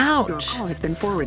Ouch